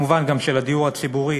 מובן גם שלדיור הציבורי